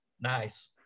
nice